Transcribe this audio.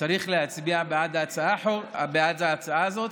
צריך להצביע בעד ההצעה הזאת,